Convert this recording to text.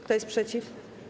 Kto jest przeciw?